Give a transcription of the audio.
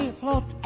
float